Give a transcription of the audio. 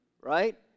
right